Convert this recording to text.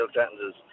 sentences